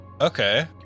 Okay